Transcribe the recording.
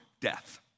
death